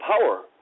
power